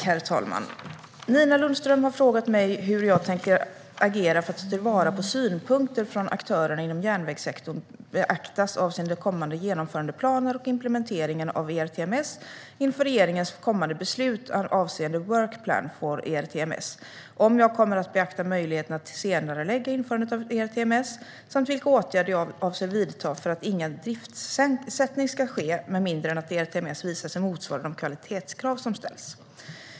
Herr talman! Nina Lundström har frågat mig hur jag tänker agera för att ta till vara på synpunkter från aktörerna inom järnvägssektorn avseende kommande genomförandeplaner och implementeringen av ERTMS inför regeringens kommande beslut avseende Work Plan for ERTMS, om jag kommer beakta möjligheten att senarelägga införandet av ERTMS samt vilka åtgärder jag avser att vidta för att ingen driftsättning ska ske med mindre än att ERTMS visar sig motsvara de kvalitetskrav som ställs.